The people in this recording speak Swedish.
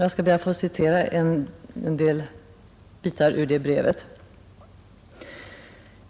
Jag ber att få citera delar ur brevet: